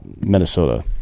Minnesota